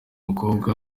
mukobwa